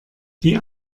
die